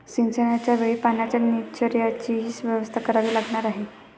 सिंचनाच्या वेळी पाण्याच्या निचर्याचीही व्यवस्था करावी लागणार आहे